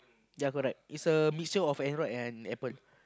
yea correct is a mixture of Android and apple